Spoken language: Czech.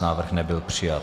Návrh nebyl přijat.